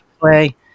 play